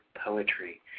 poetry